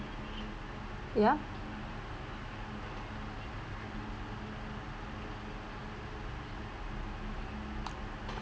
ya